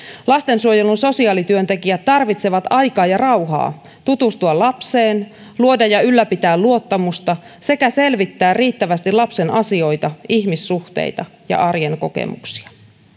lastensuojelun sosiaalityöntekijät tarvitsevat aikaa ja rauhaa tutustua lapseen luoda ja ylläpitää luottamusta sekä selvittää riittävästi lapsen asioita ihmissuhteita ja arjen kokemuksia